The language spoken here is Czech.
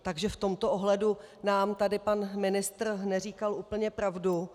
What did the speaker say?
Takže v tomto ohledu nám tady pan ministr neříkal úplně pravdu.